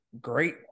great